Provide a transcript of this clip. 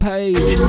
Page